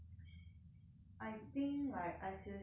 I think like I seriously want to